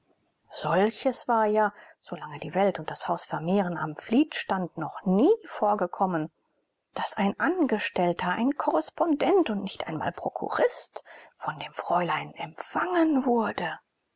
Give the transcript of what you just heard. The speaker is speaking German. solches war ja solange die welt und das haus vermehren am fleet stand noch nie vorgekommen daß ein angestellter ein korrespondent und nicht einmal prokurist von dem fräulein empfangen wurde